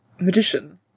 magician